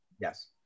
Yes